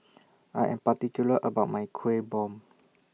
I Am particular about My Kueh Bom